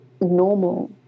normal